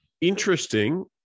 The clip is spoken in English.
interesting